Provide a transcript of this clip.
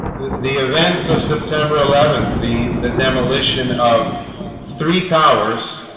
the events of september eleventh the the demolition of three towers